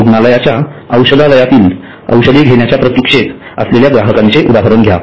रूग्णालयाच्या औषधालयातील औषधे घेण्याच्या प्रतीक्षेत असलेल्या ग्राहकांचे उदाहरण घ्या